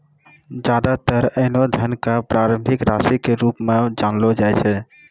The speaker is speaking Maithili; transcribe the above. ज्यादातर ऐन्हों धन क प्रारंभिक राशि के रूप म जानलो जाय छै